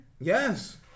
Yes